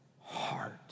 heart